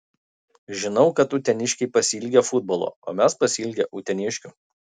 žinau kad uteniškiai pasiilgę futbolo o mes pasiilgę uteniškių